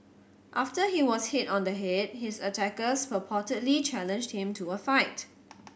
after he was hit on the head his attackers purportedly challenged him to a fight